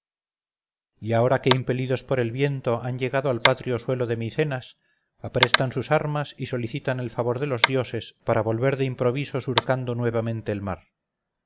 y ahora que impelidos por el viento han llegado al patrio suelo de micenas aprestan sus armas y solicitan el favor de los dioses para volver de improviso surcando nuevamente el mar